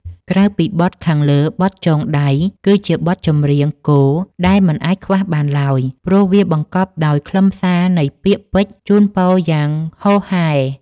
ក្រៅពីបទខាងលើ បទ ចងដៃ គឺជាបទចម្រៀងគោលដែលមិនអាចខ្វះបានឡើយ ព្រោះវាបង្កប់ដោយខ្លឹមសារនៃពាក្យពេចន៍ជូនពរជ័យយ៉ាងហូរហែ។